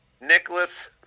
nicholas